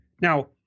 Now